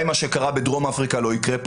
מה שקרה בדרום אפריקה לא יקרה כאן.